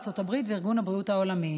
בארצות הברית ובארגון הבריאות העולמי.